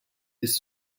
this